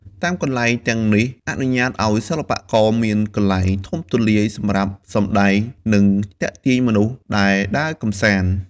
តាមកន្លែងទាំងនេះអនុញ្ញាតឱ្យសិល្បករមានកន្លែងធំទូលាយសម្រាប់សម្ដែង និងទាក់ទាញមនុស្សដែលដើរកម្សាន្ត។